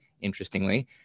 interestingly